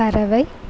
பறவை